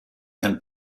and